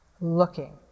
looking